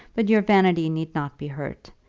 but your vanity need not be hurt.